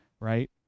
right